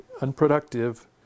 unproductive